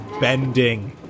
bending